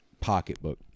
pocketbook